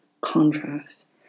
contrast